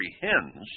comprehends